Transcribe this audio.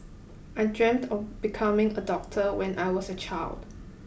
I dreamt of becoming a doctor when I was a child